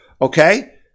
Okay